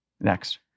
next